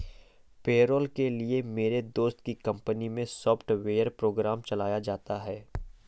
payroll के लिए मेरे दोस्त की कंपनी मै सॉफ्टवेयर प्रोग्राम चलाया जाता है